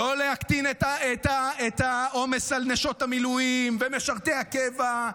לא להקטין את העומס על נשות המילואימניקים ומשרתי הקבע,